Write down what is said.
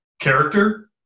character